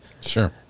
Sure